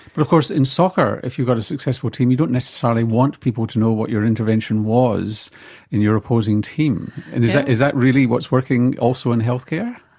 but of course in soccer if you've got a successful team you don't necessarily want people to know what your intervention was in your opposing team. and is that is that really what's working also in healthcare?